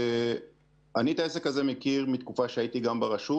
אני את העסק הזה מכיר מתקופה שגם ברשות